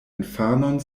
infanon